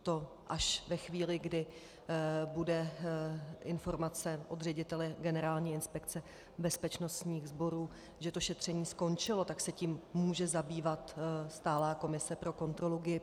To až ve chvíli, kdy bude informace od ředitele Generální inspekce bezpečnostních sborů, že to šetření skončilo, tak se tím může zabývat stálá komise pro kontrolu GIBS.